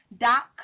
dot